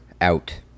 out